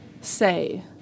say